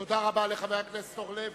תודה רבה לחבר הכנסת אורלב.